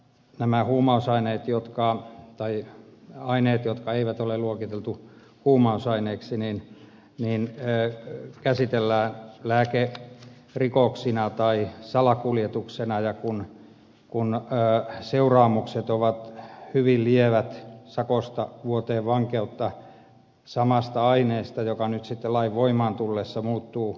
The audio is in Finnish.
tämä huumausaineet jotka hetkellähän nämä aineet joita ei ole luokiteltu huumausaineiksi käsitellään lääkerikoksina tai salakuljetuksena ja seuraamukset ovat hyvin lievät sakosta vuoteen vankeutta samasta aineesta joka nyt sitten lain voimaan tullessa muuttuu huumausaineeksi